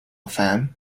fan